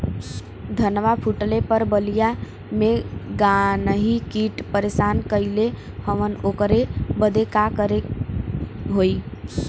धनवा फूटले पर बलिया में गान्ही कीट परेशान कइले हवन ओकरे बदे का करे होई?